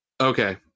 okay